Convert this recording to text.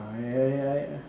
mm hmm I I